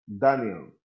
Daniel